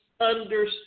understand